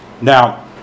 Now